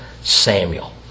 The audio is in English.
Samuel